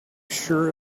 sure